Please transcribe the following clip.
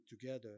together